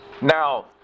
Now